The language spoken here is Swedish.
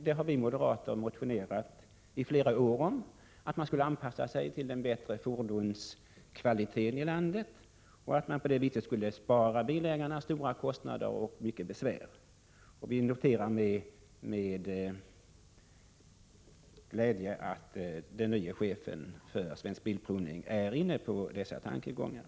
Det har vi moderater motionerat om i flera år — att man skulle anpassa sig till den bättre fordonskvaliteten i landet och på det sättet bespara bilägarna stora kostnader och mycket besvär. Jag noterar med glädje att den nye chefen för Svensk Bilprovning är inne på dessa tankegångar.